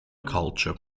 culture